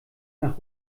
nach